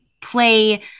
play